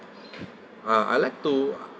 ah I'd like to